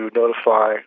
notify